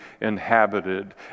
inhabited